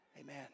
amen